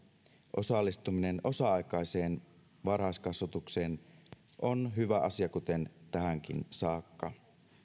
osallistuminen osa aikaiseen varhaiskasvatukseen on hyvä asia kuten tähänkin saakka